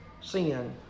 sin